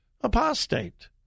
apostate